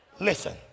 listen